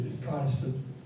Protestant